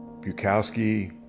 Bukowski